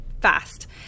fast